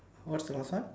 what's the last one